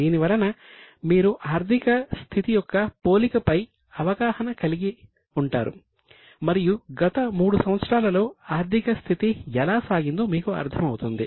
దీనివలన మీరు ఆర్థిక స్థితి యొక్క పోలిక పై అవగాహన కలిగి ఉంటారు మరియు గత 3 సంవత్సరాలలో ఆర్థిక స్థితి ఎలా సాగిందో మీకు అర్థం అవుతుంది